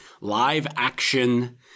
live-action